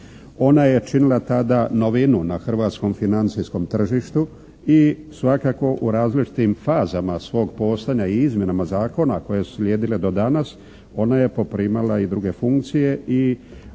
Ona je činila tada novinu na hrvatskom financijskom tržištu i svakako u različitim fazama svog posla i izmjenama zakona koje su slijedile do danas ona je poprimala i druge funkcije i